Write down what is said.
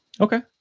okay